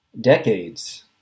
decades